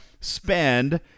spend